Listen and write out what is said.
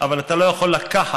אבל אתה לא יכול לקחת,